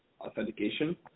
authentication